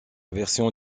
version